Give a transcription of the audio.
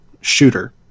shooter